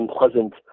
unpleasant